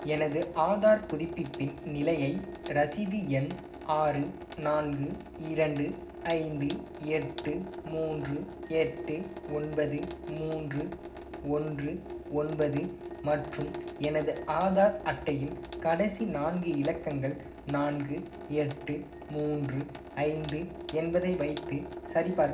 எனது ஆதார் புதுப்பிப்பின் நிலையை ரசீது எண் ஆறு நான்கு இரண்டு ஐந்து எட்டு மூன்று எட்டு ஒன்பது மூன்று ஒன்று ஒன்பது மற்றும் எனது ஆதார் அட்டையின் கடைசி நான்கு இலக்கங்கள் நான்கு எட்டு மூன்று ஐந்து என்பதை வைத்து சரிபார்க்க முடியுமா